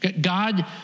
God